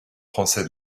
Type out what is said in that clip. français